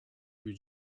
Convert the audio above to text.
più